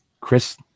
Chris